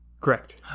Correct